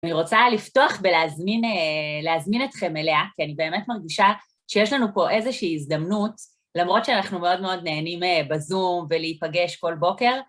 אני רוצה לפתוח ולהזמין אתכם אליה, כי אני באמת מרגישה שיש לנו פה איזושהי הזדמנות, למרות שאנחנו מאוד מאוד נהנים בזום ולהיפגש כל בוקר.